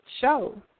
show